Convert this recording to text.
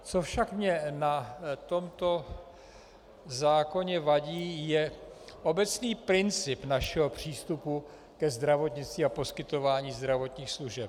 Co mně však na tomto zákoně vadí, je obecný princip našeho přístupu ke zdravotnictví a poskytování zdravotních služeb.